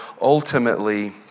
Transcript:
ultimately